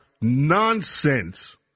nonsense